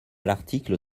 l’article